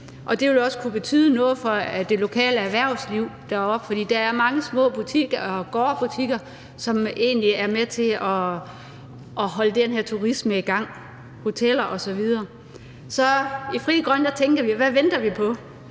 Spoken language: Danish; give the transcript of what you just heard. Det vil også kunne betyde noget for det lokale erhvervsliv deroppe, for der er mange små butikker, gårdbutikker, hoteller osv., som egentlig er med til at holde den her turisme i gang. Så i Frie Grønne tænker vi: Hvad venter vi på?